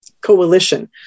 coalition